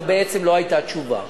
או בעצם לא היתה תשובה,